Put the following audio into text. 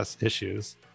issues